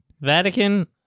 Vatican